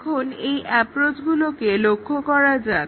এখন এই অ্যাপ্রোচগুলোকে লক্ষ্য করা যাক